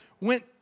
went